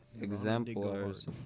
exemplars